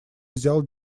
взял